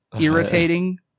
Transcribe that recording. irritating